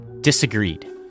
disagreed